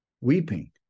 weeping